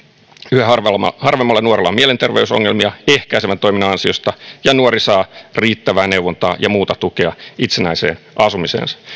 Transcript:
yhä harvemmalla nuorella on mielenterveysongelmia ehkäisevän toiminnan ansiosta ja nuori saa riittävää neuvontaa ja muuta tukea itsenäiseen asumiseensa